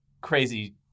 crazy